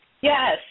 Yes